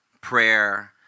Prayer